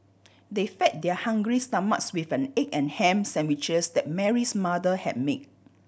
they fed their hungry stomachs with an egg and ham sandwiches that Mary's mother have made